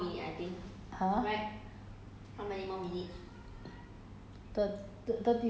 halfway ah later I continue lor !huh!